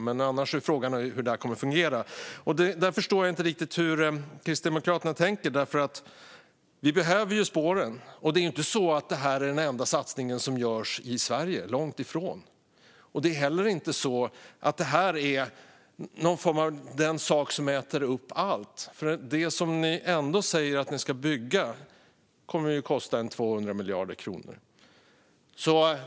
Men annars är frågan hur detta kommer att fungera. Här förstår jag inte riktigt hur Kristdemokraterna tänker. Vi behöver ju spåren. Och detta är inte heller den enda satsning som görs i Sverige, långt ifrån. Inte heller är detta den sak som äter upp allt. Det ni ändå säger att ni ska bygga kommer att kosta cirka 200 miljarder kronor.